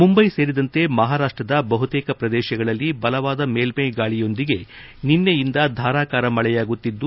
ಮುಂಬೈ ಸೇರಿದಂತೆ ಮಹಾರಾಷ್ಟದ ಬಹುತೇಕ ಪ್ರದೇಶಗಳಲ್ಲಿ ಬಲವಾದ ಮೇಲೈ ಗಾಳಿಯೊಂದಿಗೆ ನಿನ್ನೆಯಿಂದ ಧಾರಾಕಾರ ಮಳೆಯಾಗುತ್ತಿದ್ದು